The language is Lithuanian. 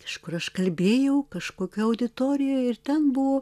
kažkur aš kalbėjau kažkokio auditorijoj ir ten buvo